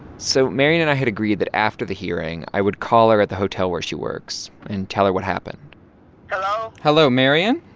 so marian and i had agreed that after the hearing, i would call her at the hotel where she works and tell her what happened hello hello, marian